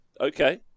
Okay